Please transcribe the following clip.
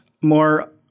more